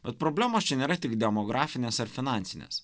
bet problemos čia nėra tik demografinės ar finansinės